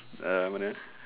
uh what else